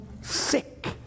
sick